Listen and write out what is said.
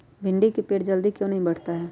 भिंडी का पेड़ जल्दी क्यों नहीं बढ़ता हैं?